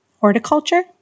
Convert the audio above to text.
horticulture